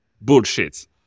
bullshit